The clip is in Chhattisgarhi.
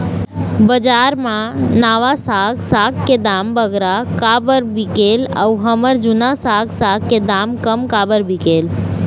बजार मा नावा साग साग के दाम बगरा काबर बिकेल अऊ हमर जूना साग साग के दाम कम काबर बिकेल?